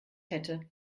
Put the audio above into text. hätte